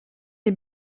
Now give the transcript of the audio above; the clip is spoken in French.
est